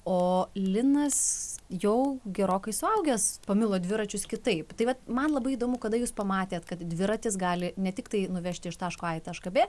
o linas jau gerokai suaugęs pamilo dviračius kitaip tai vat man labai įdomu kada jūs pamatėte kad dviratis gali ne tiktai nuvežti iš taško a į tašką b